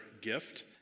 gift